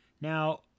Now